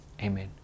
amen